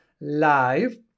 live